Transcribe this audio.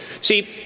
See